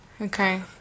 Okay